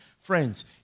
Friends